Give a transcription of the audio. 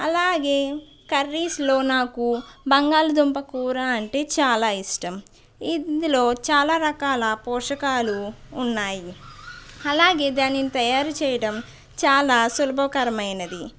అలాగే కర్రీస్లో నాకు బంగాళదుంప కూర అంటే చాలా ఇష్టం ఇందులో చాలా రకాల పోషకాలు ఉన్నాయి అలాగే దానిని తయారు చేయటం చాలా సులభతరమైనది